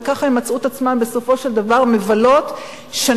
וכך הן מצאו את עצמן בסופו של דבר מבלות שנים